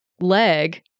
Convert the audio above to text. leg